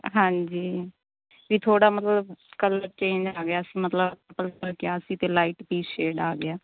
ਹਾਂਜੀ ਜੀ ਥੋੜ੍ਹਾ ਮਤਲਬ ਕਲਰ ਚੇਂਜ ਆ ਗਿਆ ਸੀ ਮਤਲਬ ਪਰਪਲ ਕਿਹਾ ਸੀ ਅਤੇ ਲਾਈਟ ਪੀਚ ਸ਼ੇਡ ਆ ਗਿਆ